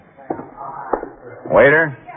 Waiter